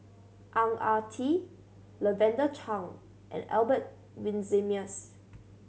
Ang Ah Tee Lavender Chang and Albert Winsemius